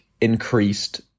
increased